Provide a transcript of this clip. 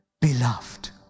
beloved